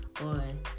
on